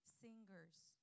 singers